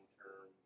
term